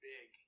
Big